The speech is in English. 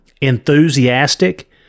enthusiastic